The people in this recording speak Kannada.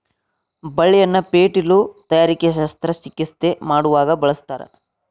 ಬಳ್ಳಿಯನ್ನ ಪೇಟಿಲು ತಯಾರಿಕೆ ಶಸ್ತ್ರ ಚಿಕಿತ್ಸೆ ಮಾಡುವಾಗ ಬಳಸ್ತಾರ